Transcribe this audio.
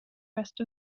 rest